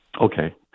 Okay